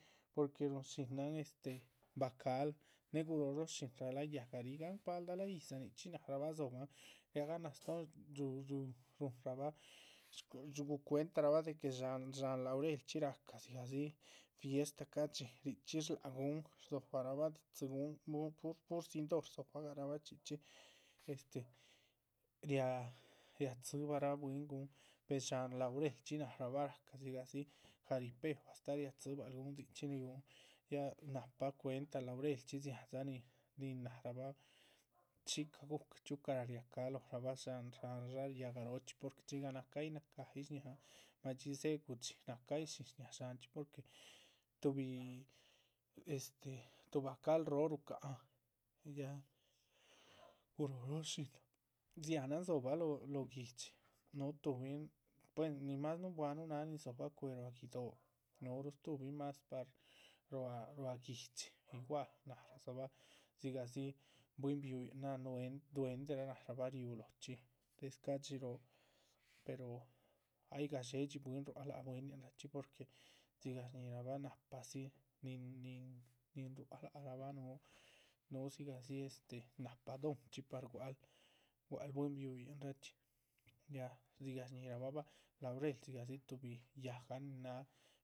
Porque ruhun shínan este baca´lah, néhe guróh róho shí náh rah yáhgari gahan paldah láha yídza nichxín ráharabah dzóhoban, riagah náha stóhon. ruh ruh ruhunrabah shgu shguhucuentarabah de que sháhan sháhan laurelchxi rahca dzigahdzi fiesta ca´dxi, ca´dxi richxí shláhac gun, rdzóhobarabah didzí gun. cun pur pur zindor rdzobaraga bah chxí chxí, este riáha riáhatzibarabah bwín gun per dsháhan laurelchxi naharabah rahca dzigah dzi jaripeo astáh ria dzibahl gun. dzichxi nin riúhun, ya nahpa cuenta laurelchxi dzihandza níhin nin náharabah shíca gúhcah chxíucah raria caha lóhorabah sháhan sháhan yáhga róhochxi. pues dxigah nacayíh nacayíh shñáhan, madxí dzéhe gudxí nacayíh shín shñáha dsháhanchxi porque tuhbi este tuh baca´l róho rucáhan ya, guróho ro shínan. dziáhnan dzóhobah lóho lóho guihdxi núhu tuhbin buen nin más nuhunbuanuh náha nin dzóbah cuéh ruá guido´, núhuruh stuhubin más par ruá ruá guihdxi. igual naradzabah dzigahdzi bwín bihuyin náha duenderah náharabah riú lóhochxi des ca´dxiroo pero ay gadxédxi bwín rua´c láhac bwíninrachxi porque dzigah shñíhirabah. nalahbazi nin nin nác larabah núhu dzigah dzi este nahpa dóhonchxi par gua´cl gua´cl bwín bihuyinrachxi ya dzigah shñíhirabah laurel dzigahdzi tuhbi yáhgan nin náha